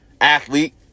athlete